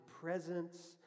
presence